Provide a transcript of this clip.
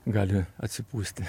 gali atsipūsti